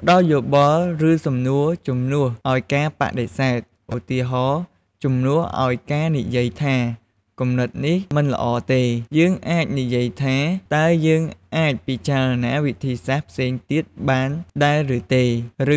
ផ្តល់យោបល់ ឬសំណួរជំនួសឲ្យការបដិសេធ ឧទាហរណ៍ ជំនួសឲ្យការនិយាយថា "គំនិតនេះមិនល្អទេ" យើងអាចនិយាយថា "តើយើងអាចពិចារណាវិធីសាស្រ្តផ្សេងទៀតបានដែរឬទេ?"